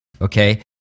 Okay